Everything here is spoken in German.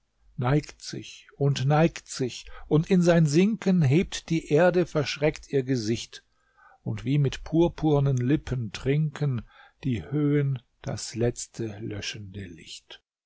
neigt sich und neigt sich und in sein sinken hebt die erde verschreckt ihr gesicht und wie mit purpurnen lippen trinken die höhen das letzte löschende licht